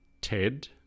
Ted